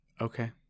Okay